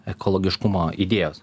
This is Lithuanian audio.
ekologiškumo idėjos